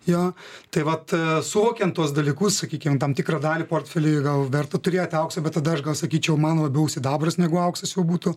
jo tai vat suvokiant tuos dalykus sakykim tam tikrą dalį portfely gal verta turėti aukso bet tada aš gal sakyčiau man labiau sidabras negu auksas jau būtų